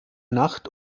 nacht